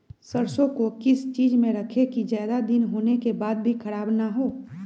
सरसो को किस चीज में रखे की ज्यादा दिन होने के बाद भी ख़राब ना हो?